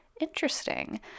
Interesting